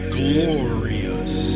glorious